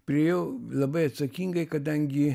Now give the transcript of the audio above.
priėjau labai atsakingai kadangi